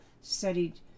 studied